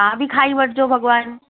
तव्हां बि खाई वठिजो भॻवानु